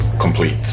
complete